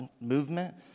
movement